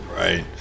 Right